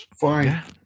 fine